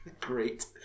great